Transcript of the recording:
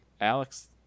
Alex